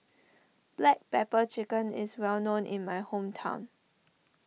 Black Pepper Chicken is well known in my hometown